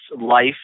life